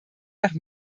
nach